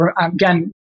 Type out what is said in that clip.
Again